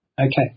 okay